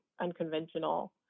unconventional